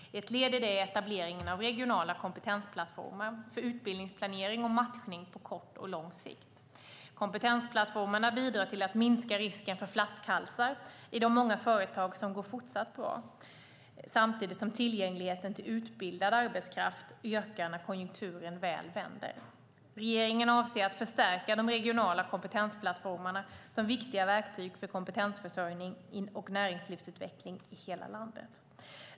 Ett led i det är etableringen av regionala kompetensplattformar för utbildnings-planering och matchning på kort och lång sikt. Kompetensplattformarna bidrar till att minska risken för flaskhalsar i de många företag som går fortsatt bra samtidigt som tillgängligheten till utbildad arbetskraft ökar när konjunkturen väl vänder. Regeringen avser att förstärka de regionala kompetensplattformarna som viktiga verktyg för kompetensförsörjning och näringslivsutveckling i hela landet.